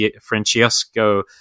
Francesco